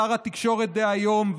שר התקשורת היום,